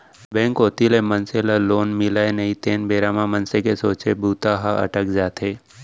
bank कोती ले मनसे ल लोन मिलय नई तेन बेरा म मनसे के सोचे बूता ह अटक जाथे